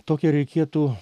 tokią reikėtų